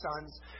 sons